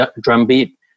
drumbeat